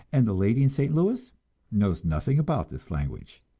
and the lady in st. louis knows nothing about this language.